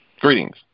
Greetings